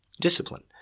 discipline